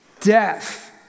death